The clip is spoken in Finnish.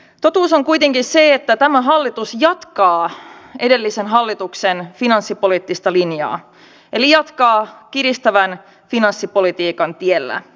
totuus on kuitenkin se että tämä hallitus jatkaa edellisen hallituksen finanssipoliittista linjaa eli jatkaa kiristävän finanssipolitiikan tiellä